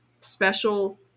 special